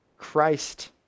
Christ